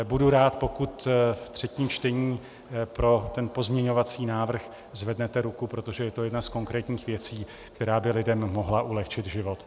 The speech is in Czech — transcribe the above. Budu rád, pokud v třetím čtení pro ten pozměňovací návrh zvednete ruku, protože je to jedna z konkrétních věcí, která by lidem mohla ulehčit život.